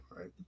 Right